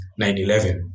9-11